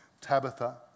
Tabitha